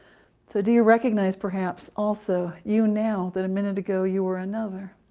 so do you recognize perhaps, also you, now that a minute ago you were another?